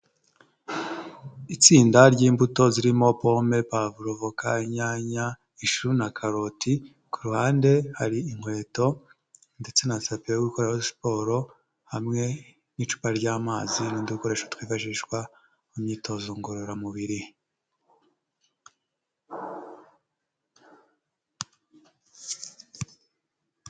Itsinda ry'imbuto zirimo pome, pavuro, voka, inyanya, ishu na karoti, ku ruhande hari inkweto ndetse na tapi yo gukora siporo hamwe n'icupa ry'amazi n'udukoresho twifashishwa mu myitozo ngororamubiri.